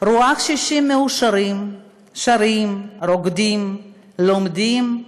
ורואה קשישים מאושרים, שרים, רוקדים, לומדים,